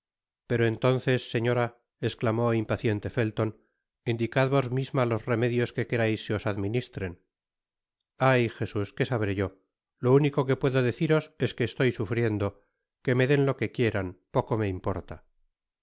pero entonces señora esclamó impaciente felton indicad vos misma los remedios que querais se os administren ay jesus qué sabré yo lo único que puedo deciros es que estoy sufriendo que me den lo que quieran poco me importa